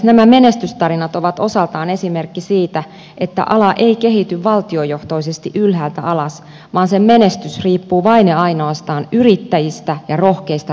nämä menestystarinat ovat osaltaan esimerkki siitä että ala ei kehity valtiojohtoisesti ylhäältä alas vaan sen menestys riippuu vain ja ainoastaan yrittäjistä ja rohkeista riskinottajista itsestään